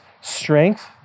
strength